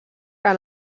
que